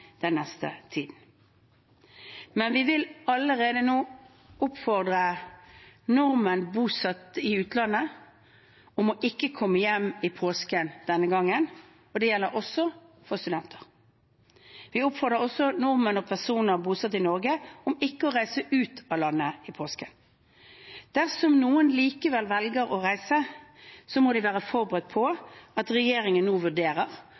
allerede nå oppfordre nordmenn bosatt i utlandet om ikke å komme hjem i påsken denne gang. Det gjelder også for studenter. Vi oppfordrer også nordmenn og personer bosatt i Norge om ikke å reise ut av landet i påsken. Dersom noen likevel velger å reise ut, må de være forberedt på at regjeringen nå vurderer